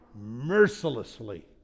mercilessly